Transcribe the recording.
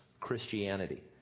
Christianity